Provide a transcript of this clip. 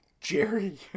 Jerry